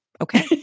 Okay